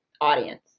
audience